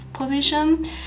Position